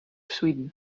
sweden